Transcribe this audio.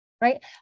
Right